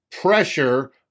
pressure